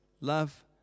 love